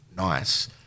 nice